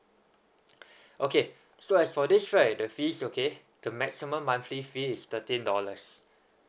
okay so as for this right the fees okay the maximum monthly fee is thirteen dollars